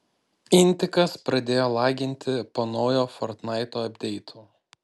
intikas pradėjo laginti po naujo fortnaito apdeitų